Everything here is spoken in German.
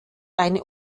eine